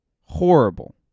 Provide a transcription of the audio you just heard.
Horrible